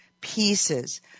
pieces